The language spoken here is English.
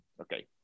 Okay